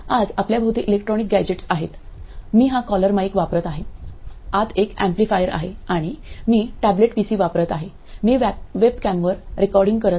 आज आपल्याभोवती electronic gadgets आहेत मी हा कॉलर माईक वापरत आहे आत एक एम्प्लीफायर आहे आणि मी टॅबलेट पीसी वापरत आहे मी वेबकॅमवर रेकॉर्डिंग करत आहे